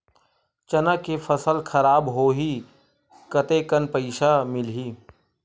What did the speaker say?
चना के फसल खराब होही कतेकन पईसा मिलही?